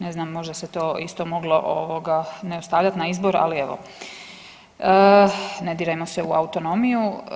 Ne znam možda se to isto moglo ovoga ne stavljat na izbor ali evo, ne dirajmo se u autonomiju.